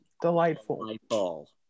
delightful